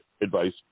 advice